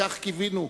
כך קיווינו,